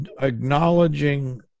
acknowledging